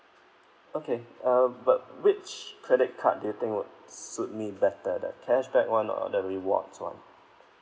okay uh but which credit card do you think would suit me better the cashback one or the rewards one